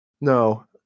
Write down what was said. No